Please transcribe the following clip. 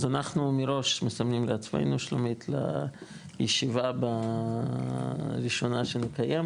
אז אנחנו מראש מסמנים לעצמנו לישיבה הראשונה שנקיים,